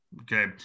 Okay